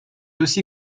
aussi